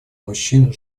мужчин